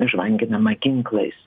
žvanginama ginklais